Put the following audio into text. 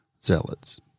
zealots